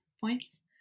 points